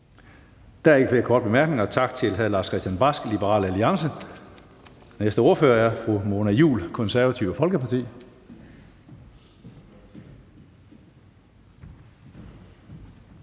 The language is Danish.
Der er ikke flere korte bemærkninger. Tak til hr. Lars-Christian Brask, Liberal Alliance. Den næste ordfører er fru Mona Juul, Det Konservative Folkeparti.